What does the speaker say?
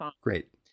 great